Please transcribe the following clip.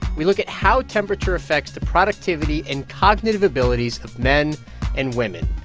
we look at how temperature affects the productivity and cognitive abilities of men and women.